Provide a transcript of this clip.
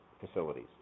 facilities